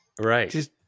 Right